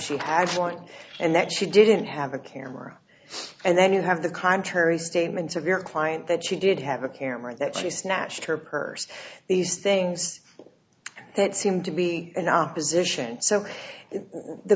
she has one and that she didn't have a camera and then you have the contrary statements of your client that she did have a camera that she snatched her purse these things that seemed to be in opposition so the